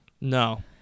No